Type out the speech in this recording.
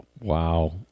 Wow